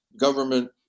government